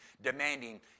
Demanding